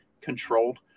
controlled